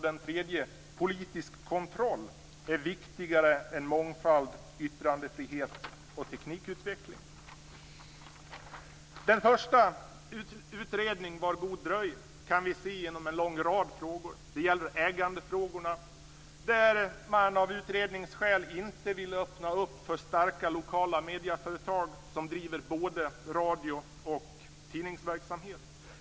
Den tredje är: Politisk kontroll är viktigare än mångfald, yttrandefrihet och teknikutveckling. Den första satsen - Utredning var god dröj - kan vi se inom en lång rad frågor. Det gäller ägandefrågorna där man av utredningsskäl inte vill öppna för starka lokala medieföretag som driver både radio och tidningsverksamhet.